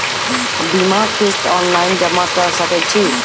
बीमाक किस्त ऑनलाइन जमा कॅ सकै छी?